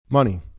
Money